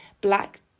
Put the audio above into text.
black